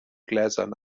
gläsern